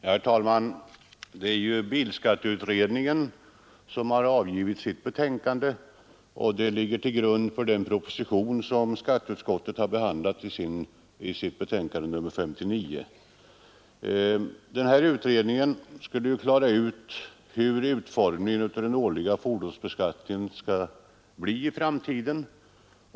Herr talman! Det är bilskatteutredningens betänkande som ligger till grund för den proposition som skatteutskottet har behandlat i sitt betänkande nr 59. Den utredningen skulle klara ut hur den årliga fordonsbeskattningen borde utformas i framtiden.